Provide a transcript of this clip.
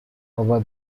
over